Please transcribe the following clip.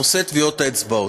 נושא טביעות האצבעות.